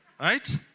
Right